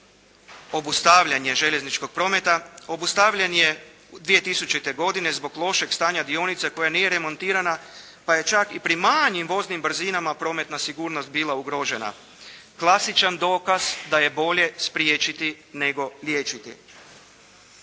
obustavljanje željezničkog prometa. Obustavljen je 2000. godine zbog lošeg stanja dionice koja nije remontirana pa je čak i pri manjim voznim brzinama prometna sigurnost bila ugrožena. Klasičan dokaz da je bolje spriječiti nego liječiti.